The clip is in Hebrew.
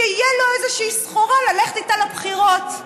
שתהיה לו איזושהי סחורה ללכת איתה לבחירות.